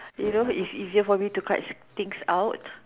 you know it's easier for me to clutch things out